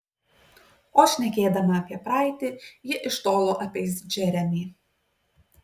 o šnekėdama apie praeitį ji iš tolo apeis džeremį